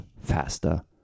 faster